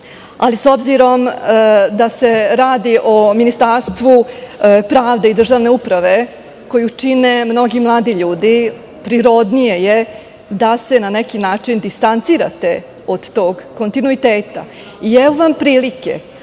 ali s obzirom da se radi o Ministarstvu pravde i državne uprave, koju čine mnogi mladi ljudi, prirodnije je da se na neki način distancirate od tog kontinuiteta.